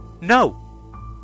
No